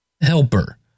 helper